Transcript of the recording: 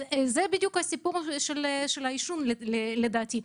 זה בדיוק הסיפור של העישון לדעתי.